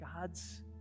God's